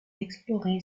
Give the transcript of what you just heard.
exploré